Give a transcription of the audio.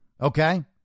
Okay